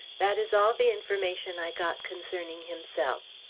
that is all the information i got concerning himself.